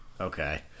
Okay